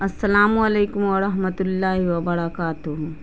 السلام علیکم ورحمتہ اللہ وبرکاتہ